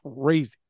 crazy